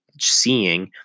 seeing